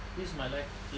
this my life